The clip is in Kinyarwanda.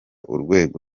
urwego